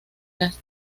las